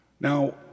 Now